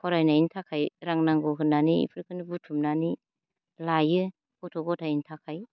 फरायनायनि थाखाय रां नांगौ होननानै इफोरखोनो बुथुमनानै लायो गथ' गथायनि थाखाय